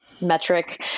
metric